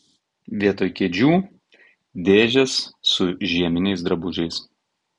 vietoj kėdžių dėžės su žieminiais drabužiais